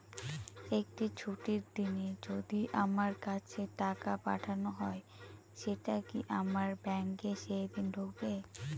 একটি ছুটির দিনে যদি আমার কাছে টাকা পাঠানো হয় সেটা কি আমার ব্যাংকে সেইদিন ঢুকবে?